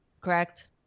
Correct